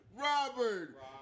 Robert